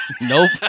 Nope